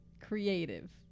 creative